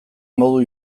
modu